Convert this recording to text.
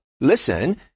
listen